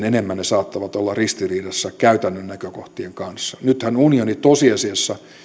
enemmän ne saattavat olla ristiriidassa käytännön näkökohtien kanssa nythän unioni tosiasiassa